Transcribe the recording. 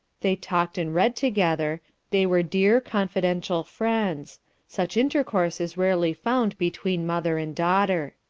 they talked and read together, they were dear, confidential friends such intercourse is rarely found between mother and daughter.